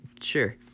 sure